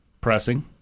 Pressing